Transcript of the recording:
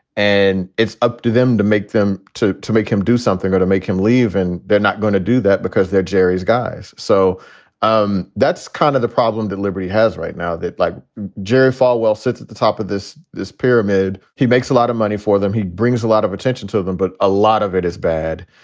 and it's up to them to make them to to make him do something or to make him leave. and they're not going to do that because they're jerry's guys. so um that's kind of the problem that liberty has right now. like jerry falwell sits at the top of this this pyramid, he makes a lot of money for them. he brings a lot of attention to them. but a lot of it is bad.